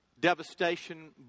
devastation